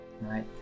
right